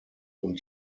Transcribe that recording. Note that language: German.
und